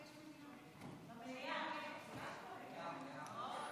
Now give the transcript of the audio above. בסדר-היום של הכנסת נתקבלה.